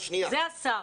זה השר.